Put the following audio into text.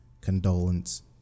condolence